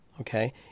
Okay